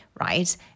right